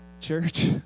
Church